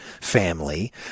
family